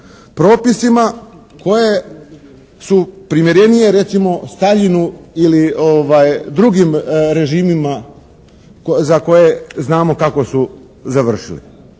propisima koje su primjerenije recimo Staljinu ili drugim režimima za koje znamo kako su završili.